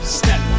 step